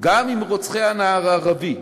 גם עם רוצחי הנער הערבי.